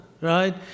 right